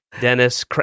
Dennis